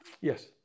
Yes